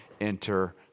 enter